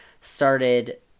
started